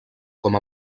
com